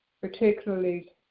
particularly